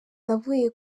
navuye